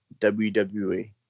WWE